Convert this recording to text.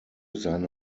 seine